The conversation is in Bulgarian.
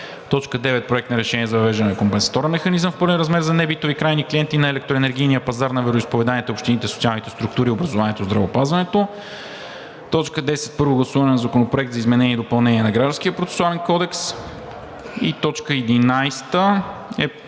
г. 9. Проект на решение за въвеждане на компенсаторен механизъм в пълен размер за небитови крайни клиенти на електроенергийния пазар на вероизповеданията, общините, социалните структури, образованието, здравеопазването. 10. Първо гласуване на Законопроект за изменение и допълнение на Гражданския процесуален кодекс. 11.